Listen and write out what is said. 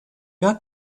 got